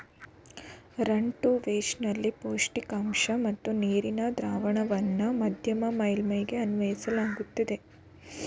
run to waste ನಲ್ಲಿ ಪೌಷ್ಟಿಕಾಂಶ ಮತ್ತು ನೀರಿನ ದ್ರಾವಣವನ್ನ ಮಧ್ಯಮ ಮೇಲ್ಮೈಗೆ ಅನ್ವಯಿಸಲಾಗ್ತದೆ